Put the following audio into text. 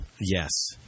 Yes